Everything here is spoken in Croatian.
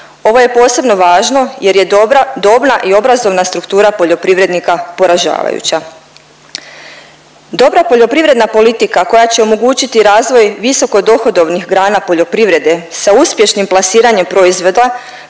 Ovo je posebno važno jer je dobra, dobna i obrazovna struktura poljoprivrednika poražavajuća. Dobra poljoprivredna politika koja će omogućiti razvoj visoko dohodovnih grana poljoprivrede sa uspješnim plasiranjem proizvoda